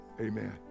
Amen